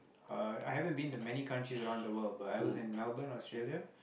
uh I haven't been to many countries around the world but I was in Melbourne Australia